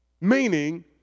meaning